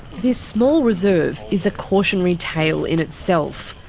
this small reserve is a cautionary tale in itself.